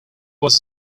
was